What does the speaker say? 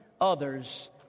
others